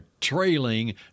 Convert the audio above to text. trailing